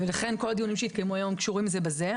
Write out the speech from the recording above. ולכן כל הדיונים שהתקיימו היום קשורים זה בזה,